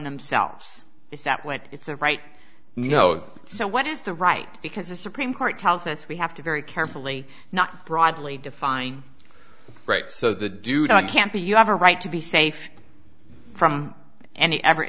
themselves is that when it's a right you know so what is the right because the supreme court tells us we have to very carefully not broadly define right so the dude i can't be you have a right to be safe from any ever